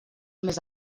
més